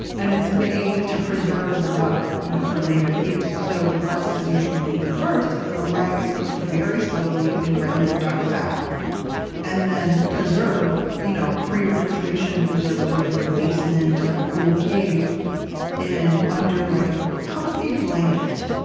and it's made to preserve the duck you know for later use. so the breast is usually eaten first, and then the leg is cooked very slowly in rendered duck fat and then preserved you know pre-refrigeration preserved sort of in the basement or in a cool cave under like a comfy blanket